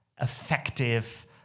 effective